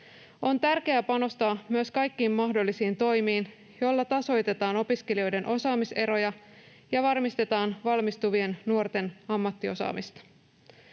On tärkeää panostaa myös kaikkiin mahdollisiin toimiin, joilla tasoitetaan opiskelijoiden osaamiseroja ja varmistetaan valmistuvien nuorten ammattiosaamista.